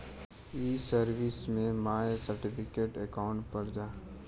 ई सर्विस में my certificate account पर जा